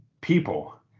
people